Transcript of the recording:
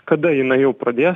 kada jinai jau pradės